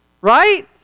Right